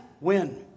win